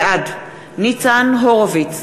בעד ניצן הורוביץ,